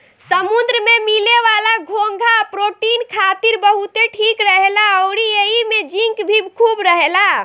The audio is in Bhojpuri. समुंद्र में मिले वाला घोंघा प्रोटीन खातिर बहुते ठीक रहेला अउरी एइमे जिंक भी खूब रहेला